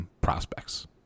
Prospects